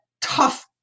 tough